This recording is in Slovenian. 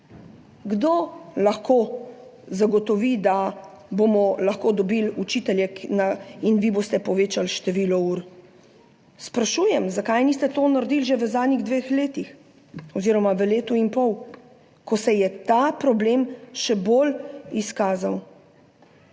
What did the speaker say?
Kdo lahko zagotovi, da bomo lahko dobili učitelje in da boste vi povečali število ur? Sprašujem, zakaj niste tega naredili že v zadnjih dveh letih oziroma v letu in pol, ko se je ta problem še bolj izkazal.